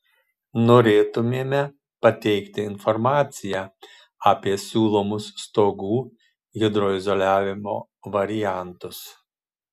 norėtumėme pateikti informaciją apie siūlomus stogų hidroizoliavimo variantus